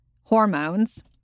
hormones